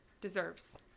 deserves